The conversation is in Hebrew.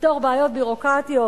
לפתור בעיות ביורוקרטיות.